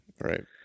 Right